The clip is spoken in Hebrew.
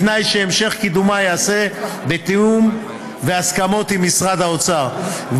בתנאי שהמשך קידומה ייעשה בתיאום וההסכמות עם משרד האוצר.